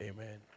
Amen